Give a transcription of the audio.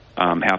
half